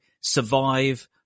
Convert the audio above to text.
survive